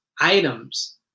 items